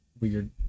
weird